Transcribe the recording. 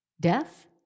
death